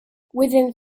within